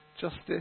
Justice